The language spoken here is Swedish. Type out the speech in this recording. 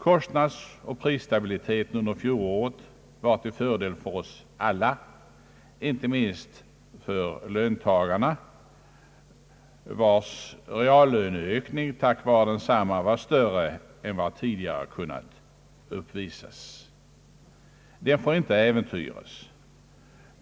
Kostnadsoch prisstabiliteten under fjolåret var till fördel för oss alla, inte minst för löntagarna, vilkas reallöneökning tack vare densamma blev större än vad som tidigare kunnat uppvisas. Denna stabi litet får inte äventyras.